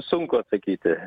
sunku atsakyti